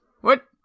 What-